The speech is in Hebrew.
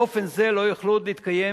באופן זה לא יוכלו עוד להתקיים